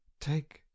Take